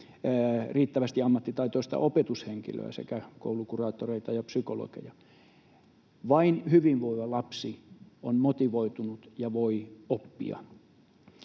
riittävästi ammattitaitoista opetushenkilöstöä sekä koulukuraattoreita ja psykologeja. Vain hyvinvoiva lapsi on motivoitunut ja voi oppia.